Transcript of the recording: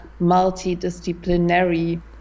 multidisciplinary